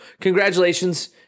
congratulations